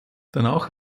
danach